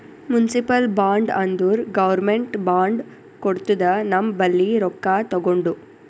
municipal bond ಅಂದುರ್ government bond ಕೊಡ್ತುದ ನಮ್ ಬಲ್ಲಿ ರೊಕ್ಕಾ ತಗೊಂಡು